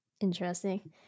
Interesting